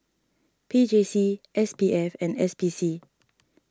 P J C S P F and S P C